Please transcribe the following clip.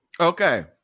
okay